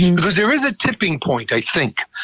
you know there is a tipping point, i think,